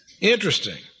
Interesting